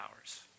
hours